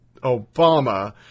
Obama